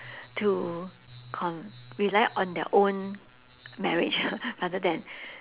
to rely on their own marriage rather then